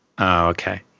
Okay